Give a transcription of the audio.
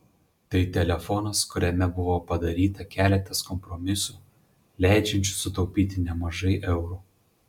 tai telefonas kuriame buvo padaryta keletas kompromisų leidžiančių sutaupyti nemažai eurų